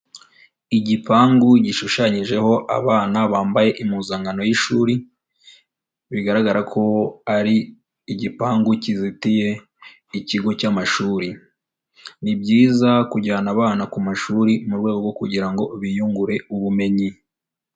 Igipangu gishushanyijeho abana bambaye impuzankano y'ishuri, bigaragara ko ari igipangu kizitiye ikigo cy'amashuri. Nibyiza kujyana abana ku mashuri mu rwego rwo kugira ngo biyungure ubumenyi.